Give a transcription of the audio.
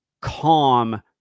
calm